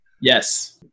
Yes